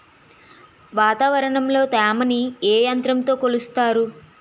వాతావరణంలో తేమని ఏ యంత్రంతో కొలుస్తారు?